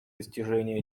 достижении